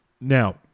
now